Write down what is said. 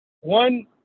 one